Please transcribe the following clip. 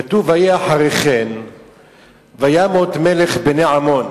כתוב: ויהי אחרי כן וימת מלך בני עמון